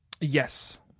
Yes